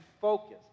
focus